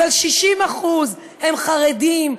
אבל 60% הם חרדים,